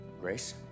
Grace